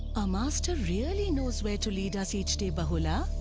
our master really knows where to lead us each day, bahula.